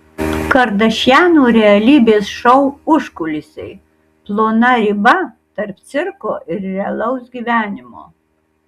kardašianų realybės šou užkulisiai plona riba tarp cirko ir realaus gyvenimo